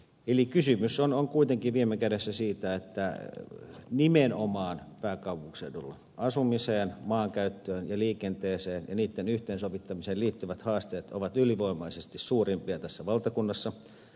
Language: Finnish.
eli kysymys on kuitenkin viime kädessä siitä että nimenomaan pääkaupunkiseudulla asumiseen maankäyttöön ja liikenteeseen ja niitten yhteensovittamiseen liittyvät haasteet ovat ylivoimaisesti suurimpia tässä valtakunnassa